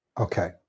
okay